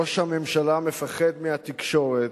ראש הממשלה מפחד מהתקשורת,